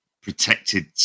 protected